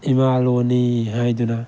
ꯏꯃꯥ ꯂꯣꯟꯅꯤ ꯍꯥꯏꯗꯨꯅ